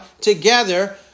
together